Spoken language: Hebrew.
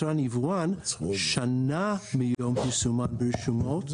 יצרן או יבואן שנה מיום פרסומן ברשומות,